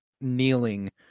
kneeling